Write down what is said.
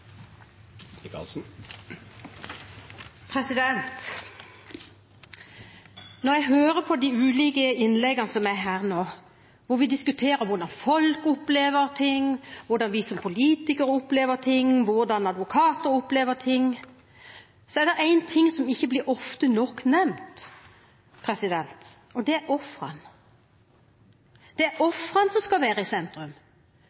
det. Når jeg hører på de ulike innleggene her nå, hvor vi diskuterer hvordan folk opplever ting, hvordan vi som politikere opplever ting, og hvordan advokater opplever ting, er det noen som ikke blir ofte nok nevnt, og det er ofrene. Det er